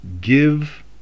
give